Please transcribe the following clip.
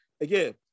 Again